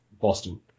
Boston